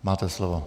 Máte slovo.